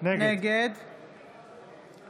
נגד פטין